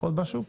לא.